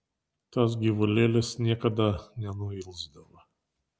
tas gyvulėlis niekada nenuilsdavo